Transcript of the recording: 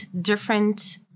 different